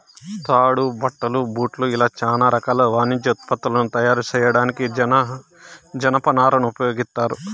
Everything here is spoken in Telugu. తాడు, బట్టలు, బూట్లు ఇలా చానా రకాల వాణిజ్య ఉత్పత్తులను తయారు చేయడానికి జనపనారను ఉపయోగిత్తారు